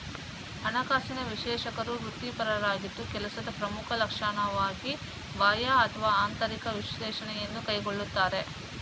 ಹಣಕಾಸಿನ ವಿಶ್ಲೇಷಕರು ವೃತ್ತಿಪರರಾಗಿದ್ದು ಕೆಲಸದ ಪ್ರಮುಖ ಲಕ್ಷಣವಾಗಿ ಬಾಹ್ಯ ಅಥವಾ ಆಂತರಿಕ ವಿಶ್ಲೇಷಣೆಯನ್ನು ಕೈಗೊಳ್ಳುತ್ತಾರೆ